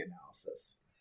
analysis